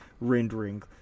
rendering